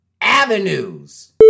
avenues